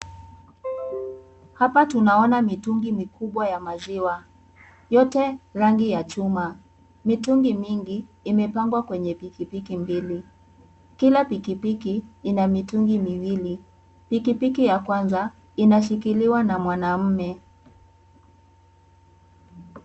Hapa tunaona mitungi mikubwa ya maziwa yote rangi ya chuma, mitungi mingi imepangwa kwenye pikipiki mbili, kila pikipiki ina mitungi miwili, pikipiki ya kwanza inashikiliwa na mwanaume.